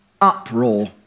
uproar